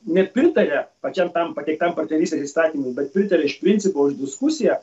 nepritaria pačiam tam pateiktam partnerystės įstatymui bet pritaria iš principo už diskusiją